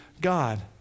God